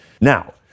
Now